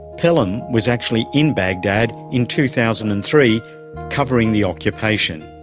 pelham was actually in baghdad in two thousand and three covering the occupation.